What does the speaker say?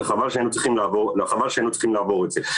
וחבל שהיינו צריכים לעבור את זה.